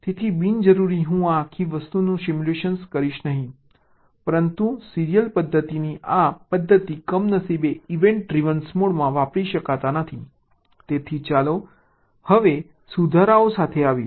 તેથી બિનજરૂરી હું આખી વસ્તુનું સિમ્યુલેટ કરીશ નહીં પરંતુ સીરીયલ પદ્ધતિની આ પદ્ધતિ કમનસીબે ઇવેન્ટ ડ્રિવન મોડમાં વાપરી શકાતા નથી તેથી ચાલો હવે સુધારાઓ સાથે આવીએ